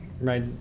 Right